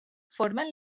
formen